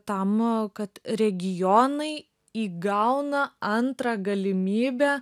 tam kad regionai įgauna antrą galimybę